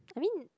I mean